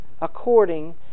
according